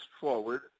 forward